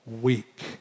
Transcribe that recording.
week